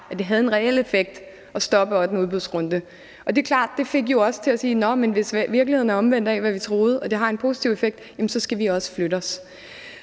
at det havde en reel effekt at stoppe den ottende udbudsrunde. Og det er klart, at det jo fik os til at sige: Nå, men hvis virkeligheden er omvendt af, hvad vi troede, og det har en positiv effekt, så skal vi også flytte os.